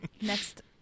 Next